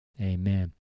Amen